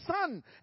son